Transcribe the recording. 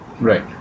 Right